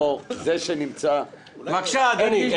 בבקשה, אדוני.